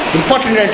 important